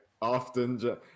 Often